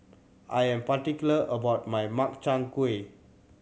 I am particular about my Makchang Gui